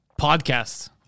Podcasts